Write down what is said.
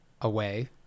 away